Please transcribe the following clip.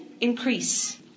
increase